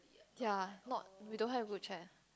ya not we don't have group chat